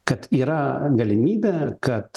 kad yra galimybė kad